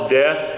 death